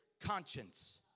conscience